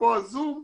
אפרופו הזום,